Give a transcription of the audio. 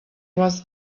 was